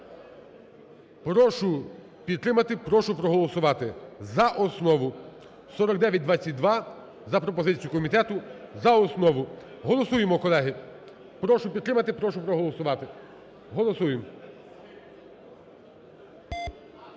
Прошу підтримати, прошу проголосувати за основу 4922 за пропозицією комітету за основу. Голосуємо, колеги. Прошу підтримати прошу проголосувати, голосуємо.